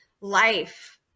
life